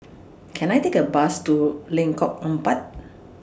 Can I Take A Bus to Lengkong Empat